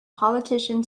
politician